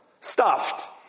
Stuffed